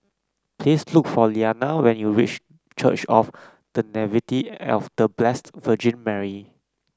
please look for Lilliana when you wish Church of The Nativity of The Blessed Virgin Mary